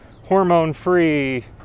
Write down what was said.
hormone-free